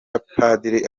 umupadiri